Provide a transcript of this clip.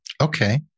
Okay